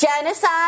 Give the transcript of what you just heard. genocide